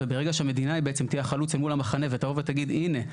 וברגע שהמדינה היא בעצם תהיה החלוץ אל מול המחנה ותבוא ותגיד הנה,